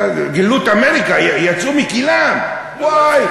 גילו את אמריקה, יצאו מכלאם, וואי,